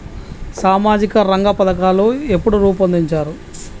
సామాజిక రంగ పథకాలు ఎప్పుడు రూపొందించారు?